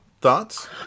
thoughts